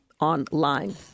online